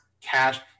cash